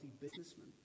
businessman